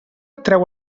treu